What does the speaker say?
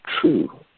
true